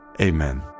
amen